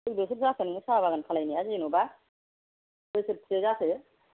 कय बोसोर जाखो नोङो साहा बागान खालामनाया जेनेबा बोसोर बेसे जाखो